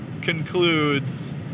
concludes